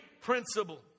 principle